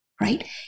Right